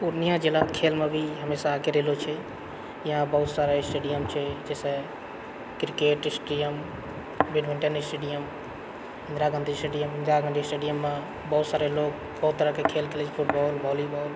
पूर्णिया जिला खेलमे भी हमेशा आगे रहलो छै इहाँ बहुत सारा स्टेडियम छै जइसे cricket stadium badminton stadium Indira Gandhi stadium Indira Gandhi स्टेडियममे बहुत सारे लोग बहुत तरहकेँ खेल खेलै छै फुटबॉल भोलिबॉल